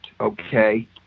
okay